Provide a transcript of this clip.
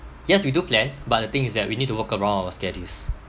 yes we do plan but the thing is that we need to work around our schedules